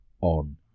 on